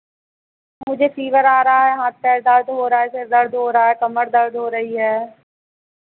मुझे फ़ीवर आ रहा है हाथ पैर दर्द हो रहा है सर दर्द हो रहा है कमर दर्द हो रही है